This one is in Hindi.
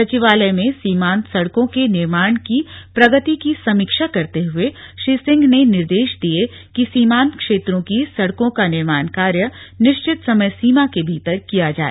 सचिवालय में सीमांत सड़कों के निर्माण की प्रगति की समीक्षा करते हुए श्री सिंह ने निर्देश दिए कि सीमान्त क्षेत्रों की सड़कों का निर्माण कार्य निश्चित समय सीमा के भीतर किया जाए